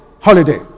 holiday